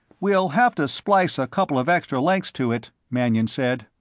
we'll have to splice a couple of extra lengths to it, mannion said.